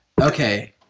Okay